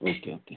okay okay